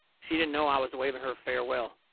she didn't know i was waving her farewell.